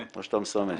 או שאתה מסמס